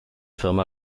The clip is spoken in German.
firma